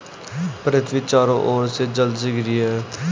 पृथ्वी चारों ओर से जल से घिरी है